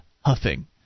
huffing